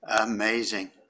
Amazing